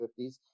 1950s